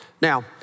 Now